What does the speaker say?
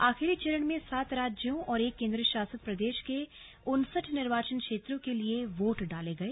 आखिरी चरण में सात राज्यों और एक केंद्र शासित प्रदेश के उनसठ निर्वाचन क्षेत्रों के लिए वोट डाले गए